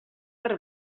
zer